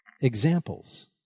examples